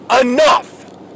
enough